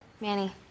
Manny